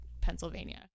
Pennsylvania